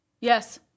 Yes